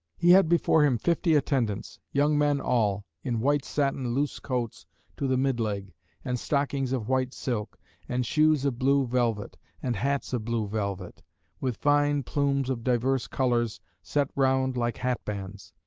he had before him fifty attendants, young men all, in white satin loose coats to the mid leg and stockings of white silk and shoes of blue velvet and hats of blue velvet with fine plumes of diverse colours, set round like hat-bands.